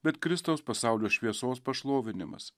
bet kristaus pasaulio šviesos pašlovinimas